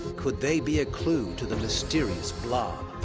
could they be a clue to the mysterious blob?